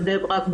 בני ברק,